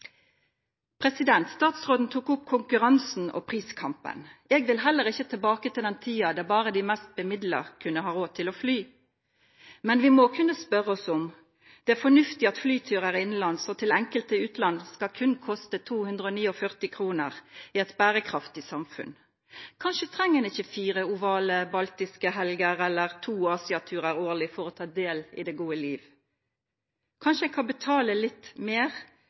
Statsråden tok opp konkurransen og priskampen. Jeg vil heller ikke tilbake til den tiden da bare de mest bemidlede kunne ha råd til å fly, men vi må kunne spørre oss om det er fornuftig at flyturer innenlands og enkelte turer utenlands kun skal koste 249 kr i et bærekraftig samfunn. Kanskje trenger en ikke fire ovale baltiske helger eller to Asia-turer årlig for å ta del i det gode liv. Kanskje kan en betale litt mer